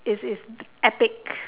is is epic